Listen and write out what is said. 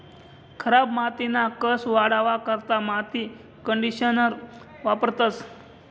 खराब मातीना कस वाढावा करता माती कंडीशनर वापरतंस